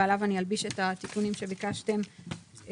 ועליו אני אלביש את התיקונים שביקשתם עכשיו.